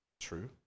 True